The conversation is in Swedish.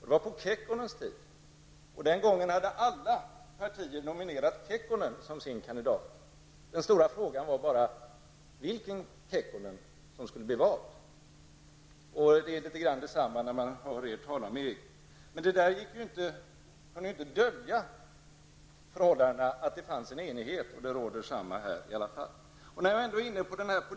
Det var på Kekkonens tid. Den gången hade alla nominerat Kekkonen som sin kandidat. Den stora frågan var bara vilken Kekkonen som skulle bli vald. Något av samma sak är det när man hör er tala om EG. Vad som hände i Finland kunde inte dölja att det rådde enighet, och detsamma gäller även här.